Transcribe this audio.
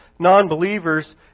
non-believers